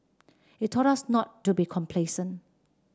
it taught us not to be complacent